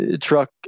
truck